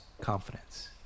confidence